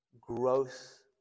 growth